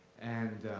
and